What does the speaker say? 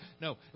No